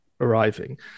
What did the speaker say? arriving